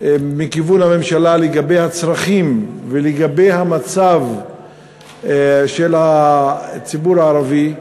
מכיוון הממשלה לגבי הצרכים ולגבי המצב של הציבור הערבי,